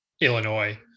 Illinois